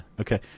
Okay